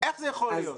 איך זה יכול להיות?